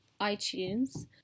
iTunes